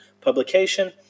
publication